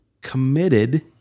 committed